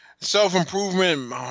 Self-improvement